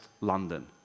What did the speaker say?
London